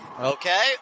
Okay